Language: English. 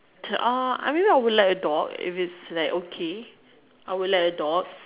to all I maybe would like a dog if it's like okay I would like a dog